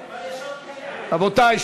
רבותי,